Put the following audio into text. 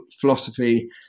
philosophy